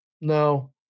no